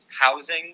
Housing